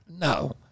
No